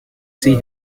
see